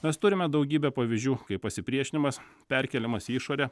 mes turime daugybę pavyzdžių kai pasipriešinimas perkeliamas į išorę